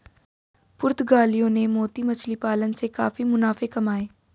पुर्तगालियों ने मोती मछली पालन से काफी मुनाफे कमाए